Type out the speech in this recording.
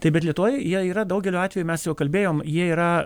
taip bet lietuvoj jie yra daugeliu atveju mes jau kalbėjom jie yra